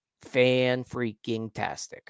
fan-freaking-tastic